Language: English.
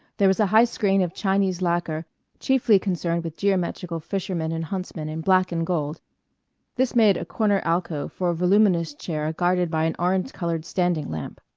there was a high screen of chinese lacquer chiefly concerned with geometrical fishermen and huntsmen in black and gold this made a corner alcove for a voluminous chair guarded by an orange-colored standing lamp.